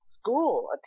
school